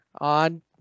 on